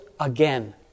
Again